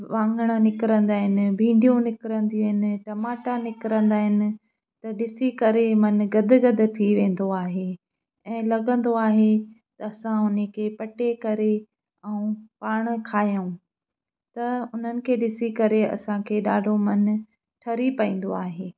वाङण निकिरंदा आहिनि भींडियूं निकरंदियूं आहिनि टमाटा निकिरंदा आहिनि त ॾिसी करे मनु गदगदि थी वेंदो आहे ऐं लॻंदो आहे त असां उन खे पटे करे ऐं पाण खायूं त उन्हनि खे ॾिसी करे असांखे ॾाढो मनु ठरी पवंदो आहे